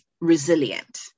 resilient